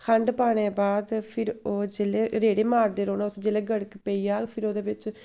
खंड पाने दे बाद फिर ओह् जेल्लै रेड़े मारदे रौह्ना उस्सी जेल्लै गड़क पेई जाग फिर ओह्दे बिच्च